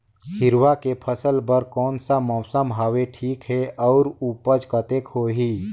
हिरवा के फसल बर कोन सा मौसम हवे ठीक हे अउर ऊपज कतेक होही?